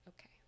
okay